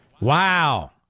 Wow